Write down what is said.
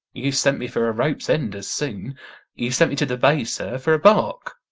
you sent me for a rope's end as soon you sent me to the bay, sir, for a bark.